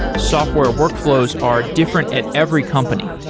software workflows are different at every company.